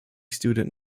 student